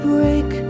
Break